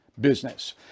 business